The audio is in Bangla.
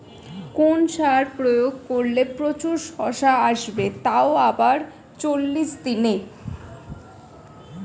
কোন সার প্রয়োগ করলে প্রচুর শশা আসবে তাও আবার চল্লিশ দিনে?